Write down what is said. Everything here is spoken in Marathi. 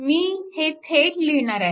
मी हे थेट लिहिणार आहे